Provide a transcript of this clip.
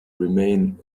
remain